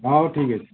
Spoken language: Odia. ହଉ ଠିକ ଅଛି